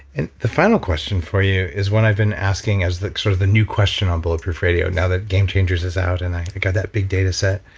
and the final question for you is what i've been asking as sort of the new question on bulletproof radio now that game changers is out and i got that big data set.